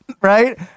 right